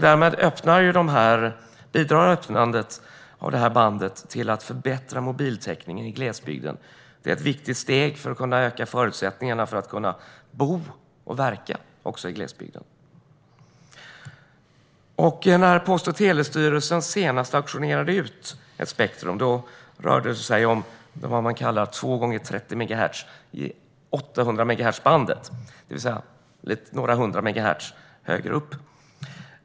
Därmed bidrar öppnandet av det här bandet till att förbättra mobiltäckningen i glesbygden. Det är ett viktigt steg för att kunna öka förutsättningarna för att bo och verka i glesbygden. När Post och telestyrelsen senast auktionerade ut ett spektrum rörde det sig om två gånger 30 megahertz i 800-megahertzbandet, det vill säga några hundra megahertz per grupp.